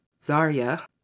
Zarya